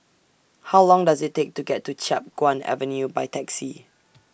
How Long Does IT Take to get to Chiap Guan Avenue By Taxi